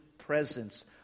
presence